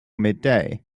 midday